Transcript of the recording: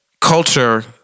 culture